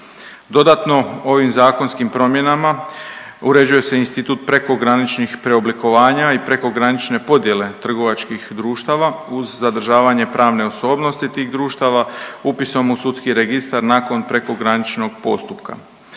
Dodatno ovim zakonskim promjenama uređuje se institut prekograničnih preoblikovanja i prekogranične podjele trgovačkih društava uz zadržavanje pravne osobnosti tih društava upisom u sudski registar nakon prekograničnog postupka.